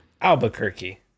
Albuquerque